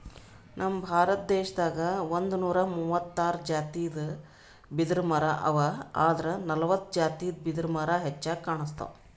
ನಮ್ ಭಾರತ ದೇಶದಾಗ್ ಒಂದ್ನೂರಾ ಮೂವತ್ತಾರ್ ಜಾತಿದ್ ಬಿದಿರಮರಾ ಅವಾ ಆದ್ರ್ ನಲ್ವತ್ತ್ ಜಾತಿದ್ ಬಿದಿರ್ಮರಾ ಹೆಚ್ಚಾಗ್ ಕಾಣ್ಸ್ತವ್